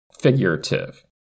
figurative